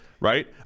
Right